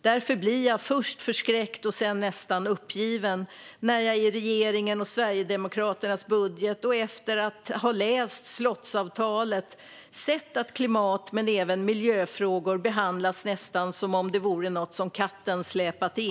Därför blir jag först förskräckt och sedan nästan uppgiven när jag i regeringens och Sverigedemokraternas budget och i slottsavtalet ser att klimat och miljöfrågor behandlas nästan som om det vore något som katten släpat in.